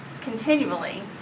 continually